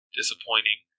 disappointing